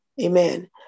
Amen